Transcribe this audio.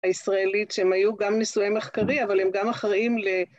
הישראלית שהם היו גם נשואי מחקרי אבל הם גם אחראים ל...